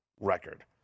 record